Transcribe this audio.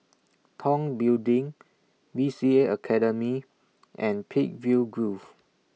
Tong Building B C A Academy and Peakville Grove